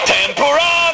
Tempura